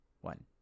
one